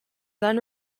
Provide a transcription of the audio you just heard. then